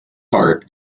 heart